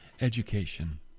education